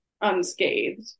unscathed